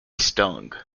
stung